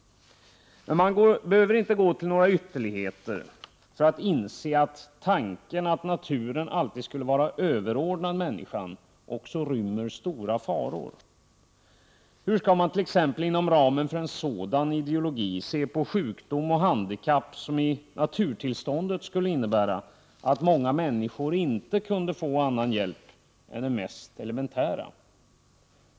Men man behöver inte gå till några ytterligheter för att inse att tanken att naturen alltid skulle vara överordnad människan också rymmer stora faror. Hur skall man t.ex. inom ramen för en sådan ideologi se på sjukdom och handikapp, som i naturtillståndet skulle innebära att många människor inte kunde få annan hjälp än den mest elementära?